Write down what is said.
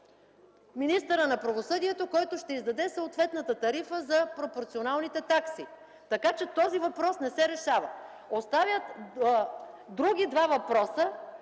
министъра на правосъдието, който ще издаде съответната тарифа за пропорционалните такси. Така че този въпрос не се решава. Остават други два въпроса,